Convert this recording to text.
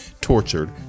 tortured